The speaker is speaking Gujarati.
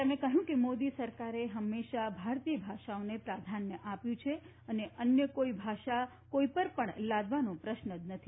તેમણે કહ્યું કે મોદી સરકારે હંમેશા ભારતીય ભાષાઓને પ્રાધન્ય આપ્યું છે અને અન્ય કોઇ ભાષા કોઇ પર પણ લાદવાનો પ્રશ્ન જ નથી